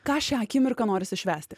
ką šią akimirką norisi švęsti